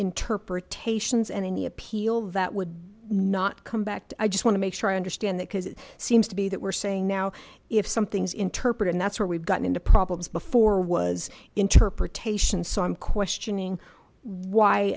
interpretations and any appeal that would not come back to i just want to make sure i understand that because it seems to be that we're saying now if something's interpreted that's where we've gotten into problems before was interpretation so i'm questioning why